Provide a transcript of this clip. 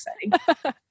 exciting